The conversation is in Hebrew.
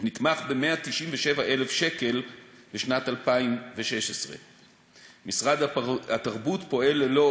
נתמך ב-197,000 שקל בשנת 2016. משרד התרבות פועל ללא